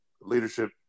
leadership